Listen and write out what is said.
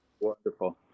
Wonderful